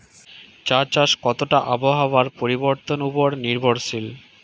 চা চাষ কতটা আবহাওয়ার পরিবর্তন উপর নির্ভরশীল?